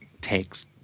takes